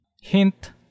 hint